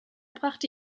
brachte